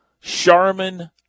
Charmin